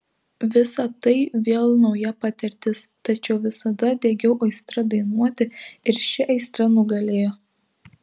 visa tai vėl nauja patirtis tačiau visada degiau aistra dainuoti ir ši aistra nugalėjo